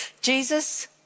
Jesus